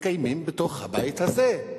מתקיימים בתוך הבית הזה,